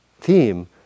theme